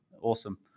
awesome